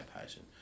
passion